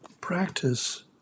practice